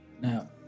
Now